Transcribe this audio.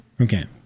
Okay